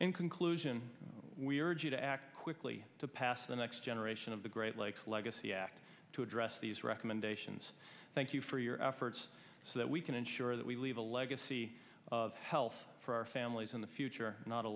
in conclusion we urge you to act quickly to pass the next generation of the great lakes legacy act to address these recommendations thank you for your efforts so that we can ensure that we leave a legacy of health for our families in the future not a